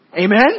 Amen